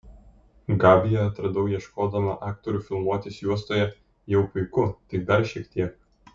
gabiją atradau ieškodama aktorių filmuotis juostoje jau puiku tik dar šiek tiek